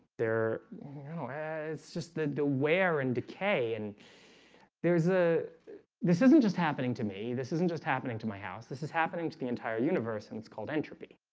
there you know it's just the the wear and decay and there's a this isn't just happening to me. this isn't just happening to my house. this is happening to the entire universe and it's called entropy